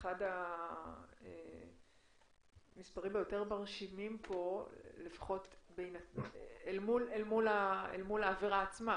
אחד המספרים היותר מרשימים פה אל מול העבירה עצמה,